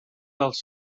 dels